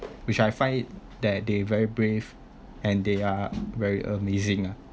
which I find it that they very brave and they are very amazing ah